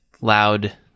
loud